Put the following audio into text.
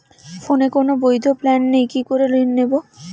ফোনে কোন বৈধ প্ল্যান নেই কি করে ঋণ নেব?